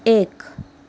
एक